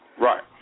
Right